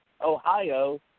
Ohio